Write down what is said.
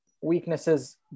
weaknesses